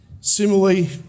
Similarly